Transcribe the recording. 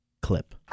clip